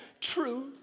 truth